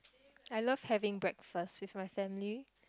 I love having breakfast with my family